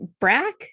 Brack